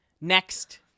Next